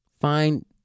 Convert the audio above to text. find